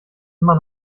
immer